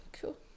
cool